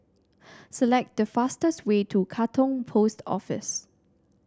select the fastest way to Katong Post Office